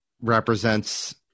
represents